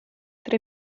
tra